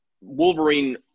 Wolverine